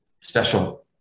special